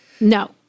No